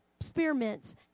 experiments